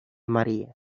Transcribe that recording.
maría